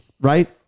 right